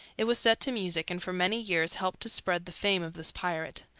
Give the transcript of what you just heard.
it was set to music, and for many years helped to spread the fame of this pirate.